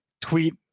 tweet